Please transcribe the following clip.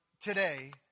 today